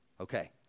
okay